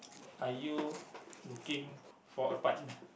are you looking for a partner